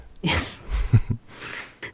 Yes